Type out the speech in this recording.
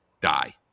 die